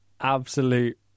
absolute